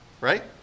right